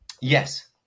Yes